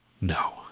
No